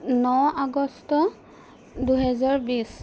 ন August দুহেজাৰ বিছ